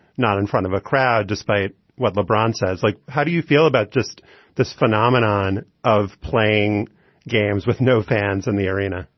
not in front of a crowd, despite what lebron says. like how do you feel about just this phenomenon of playing games with no fans in the arena?